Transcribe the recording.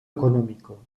económico